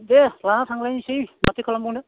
दे लाना थांलायनोसै माथो खालामबावनो